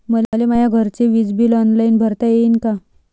मले माया घरचे विज बिल ऑनलाईन भरता येईन का?